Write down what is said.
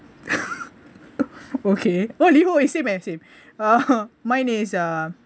okay oh Liho eh same eh same orh mine is uh